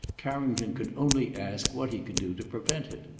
carrington could only ask what he could do to prevent it.